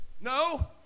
No